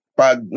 pag